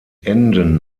enden